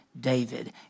David